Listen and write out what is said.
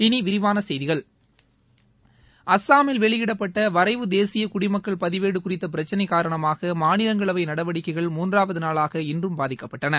இனி விரிவான செய்திகள் அஸ்ஸாமில் வெளியிடப்பட்ட வரைவு தேசிய குடிமக்கள் பதிவேடு குறித்த பிரச்சினை காரணமாக மாநிலங்களைவை நடவடிக்கைகள் மூன்றாவது நாளாக இன்றும் பாதிக்கப்பட்டன